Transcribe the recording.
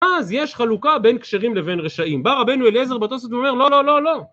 אז יש חלוקה בין כשרים לבין רשעים. בא רבנו אליעזר בתוספות ואומר, לא, לא, לא, לא.